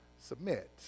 submit